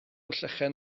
llechen